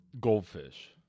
Goldfish